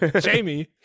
Jamie